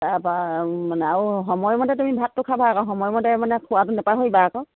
তাৰপা মানে আৰু সময়মতে তুমি ভাতটো খাবা আকৌ সময়মতে মানে খোৱাটো নেপাহৰিবা আকৌ